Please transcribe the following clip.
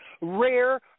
rare